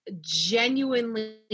genuinely